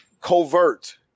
covert